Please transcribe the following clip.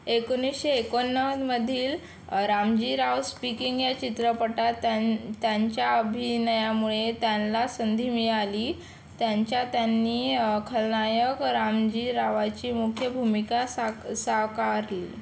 एकोणीसशे एकोणनव्वदमधील रामजी राव स्पीकिंग या चित्रपटात त्यां त्याच्या अभिनयामुळे त्याला संधी मिळाली त्यांच्या त्यांनी खलनायक रामजी रावाची मुख्य भूमिका साका साकारली